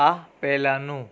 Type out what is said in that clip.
આ પહેલાંનું